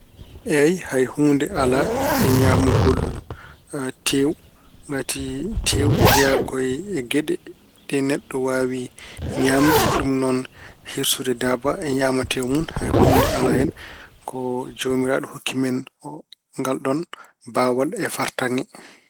Eey, hay huunde alaa ñaamgol tewu ngati tewu jeyaa ko e geɗe neɗɗo waawi ñaamde. Ɗum noon hirsude daaba ñaama tewu mun, hay huunde alaa hen. Ko joomiraaɗo hokki men ngalɗon baawal e fartaŋŋe.